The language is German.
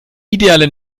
idealer